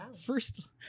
First